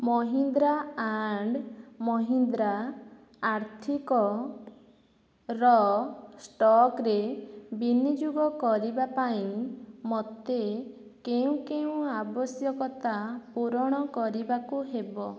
Mahindra and Mahindra ଆର୍ଥିକ ର ଷ୍ଟକ୍ରେ ବିନିଯୋଗ କରିବା ପାଇଁ ମୋତେ କେଉଁ କେଉଁ ଆବଶ୍ୟକତା ପୂରଣ କରିବାକୁ ହେବ